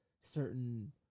certain